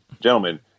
gentlemen